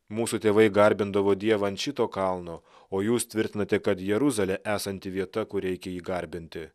mūsų tėvai garbindavo dievą ant šito kalno o jūs tvirtinate kad jeruzalė esanti vieta kur reikia jį garbinti